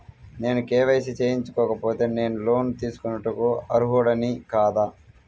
నేను కే.వై.సి చేయించుకోకపోతే నేను లోన్ తీసుకొనుటకు అర్హుడని కాదా?